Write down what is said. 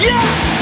Yes